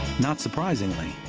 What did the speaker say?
not surprisingly,